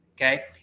Okay